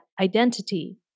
identity